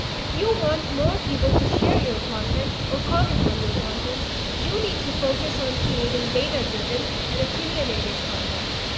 if you want more people to share your content or comment on your content you need to focus on creating data-driven and opinionated content.